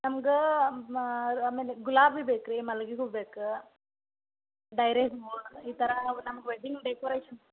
ನಮ್ಗೆ ಆಮೇಲೆ ಗುಲಾಬಿ ಬೇಕು ರಿ ಮಲ್ಲಿಗೆ ಹೂ ಬೇಕು ಡೈರೆ ಹೂ ಈ ಥರ ನಮ್ಗೆ ವೆಡ್ಡಿಂಗ್ ಡೆಕೋರೇಷನ್